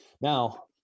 Now